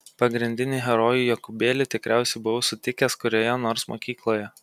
pagrindinį herojų jokūbėlį tikriausiai buvau sutikęs kurioje nors mokykloje